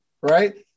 right